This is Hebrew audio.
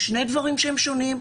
אלה שני דברים שונים.